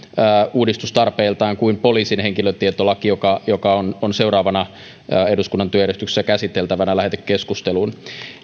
uudistustarpeiltaan kuin poliisin henkilötietolaki joka joka on on seuraavana eduskunnan työjärjestyksessä käsiteltävänä lähetekeskustelussa